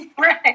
Right